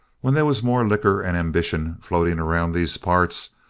when they was more liquor and ambition floating around these parts,